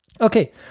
Okay